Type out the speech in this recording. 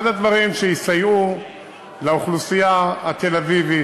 זה אחד הדברים שיסייעו לאוכלוסייה התל-אביבית,